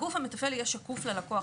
הגוף המתפעל יהיה שקוף ללקוח.